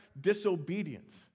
disobedience